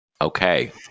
Okay